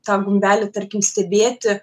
tą gumbelį tarkim stebėti